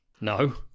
No